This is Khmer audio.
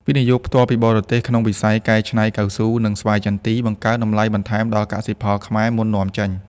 វិនិយោគផ្ទាល់ពីបរទេស ក្នុងវិស័យកែច្នៃកៅស៊ូ និងស្វាយចន្ទី បង្កើនតម្លៃបន្ថែមដល់កសិផលខ្មែរមុននាំចេញ។